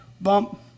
bump